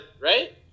right